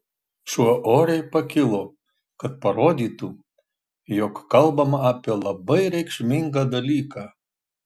šuo oriai pakilo kad parodytų jog kalbama apie labai reikšmingą dalyką